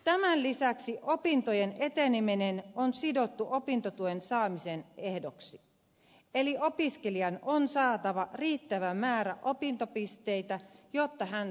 tämän lisäksi opintojen eteneminen on sidottu opintotuen saamisen ehdoksi eli opiskelijan on saatava riittävä määrä opintopisteitä jotta hän saa opintotuen